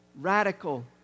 radical